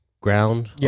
ground